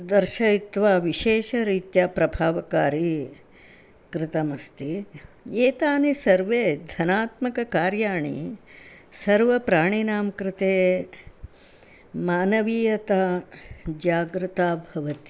दर्शयित्वा विशेषरीत्या प्रभावकारी कृतमस्ति एतानि सर्वाणि धनात्मककार्याणि सर्वप्राणिनां कृते मानवीयता जागृता भवति